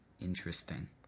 Interesting